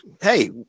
hey